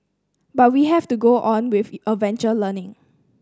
but we have to go on with adventure learning